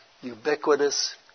Ubiquitous